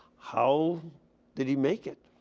how did he make it?